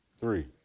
three